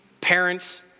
parents